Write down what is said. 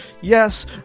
Yes